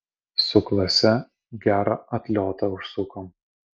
su klase gerą atliotą užsukom